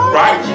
right